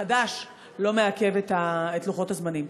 החדש לא מעכב את לוחות הזמנים.